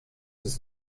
des